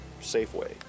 Safeway